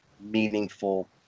meaningful